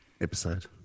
episode